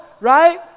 right